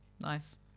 Nice